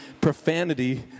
profanity